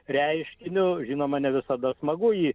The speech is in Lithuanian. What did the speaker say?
reiškiniu žinoma ne visada smagu jį